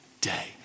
day